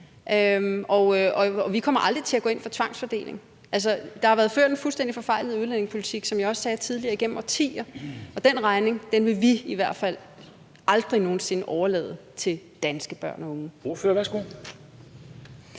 og vi kommer aldrig til at gå ind for en tvangsfordeling. Der har jo gennem årtier været ført en fuldstændig forfejlet udlændingepolitik, som jeg også sagde tidligere, og den regning vil vi i hvert fald aldrig nogen sinde overlade til danske børn og unge.